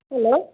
hello